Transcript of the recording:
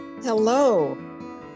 Hello